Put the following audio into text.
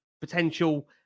potential